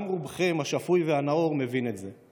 גם רובכם, השפוי והנאור, מבין את זה.